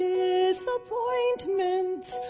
disappointments